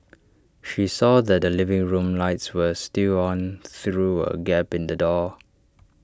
she saw that the living room lights were still on through A gap in the door